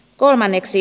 kolmanneksi